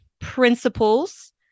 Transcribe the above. principles